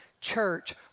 church